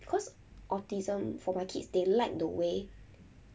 cause autism for my kids they like the way